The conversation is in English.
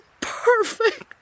perfect